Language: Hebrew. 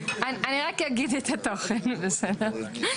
אני רק אגיד את התוכן, בסדר?